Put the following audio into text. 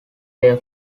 their